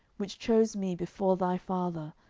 which chose me before thy father,